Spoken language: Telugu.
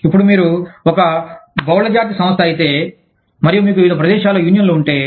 ఇప్పుడు మీరు ఒక బహుళజాతి సంస్థ అయితే మరియు మీకు వివిధ ప్రదేశాలలో యూనియన్లు ఉంటే